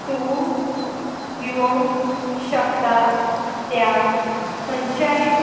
तूं दिवंक शकता त्या खंयच्याय